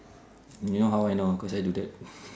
you know how I know cause I do that